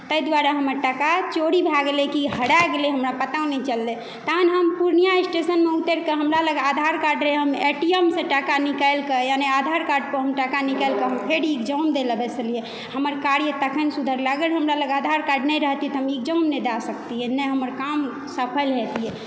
ताहि दुआरे हमर टाका चोरी भय गेलै कि हरा गेलै हमरा पता नहि चललै तहन हम पुर्णिया स्टेशनमे उतरि कऽ हमरा लग आधारकार्ड रहै हम ए टी एम सँ टाका निकालि कऽ यानि आधारकार्ड पर हम टाका निकालिकऽ हम फेर एग्जाम दै लए बैसलियै हमर कार्य तखन सुधारलक अगर हमरा लग आधारकार्ड नहि रहितै तऽ हम एग्जाम नहि दऽ सकतियै नहि हमर काम सफल हेतियै